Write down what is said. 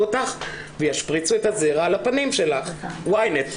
אותך וישפריצו את הזרע על הפנים שלך" ווינט.